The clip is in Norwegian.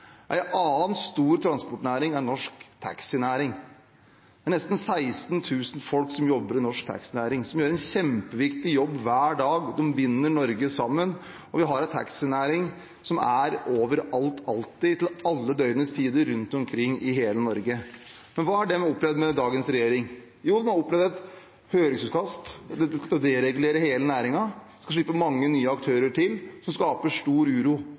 annen stor transportnæring er norsk taxinæring. Det er nesten 16 000 folk som jobber i norsk taxinæring, og som gjør en kjempeviktig jobb hver dag. De binder Norge sammen. Vi har en taxinæring som er overalt, alltid, til alle døgnets tider, rundt omkring i hele Norge. Hva har de opplevd med dagens regjering? Jo, de har opplevd et høringsutkast, at en skal deregulere hele næringen og slippe mange nye aktører til, som skaper stor uro.